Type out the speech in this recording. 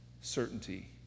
certainty